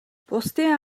бусдын